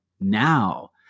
now